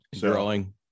growing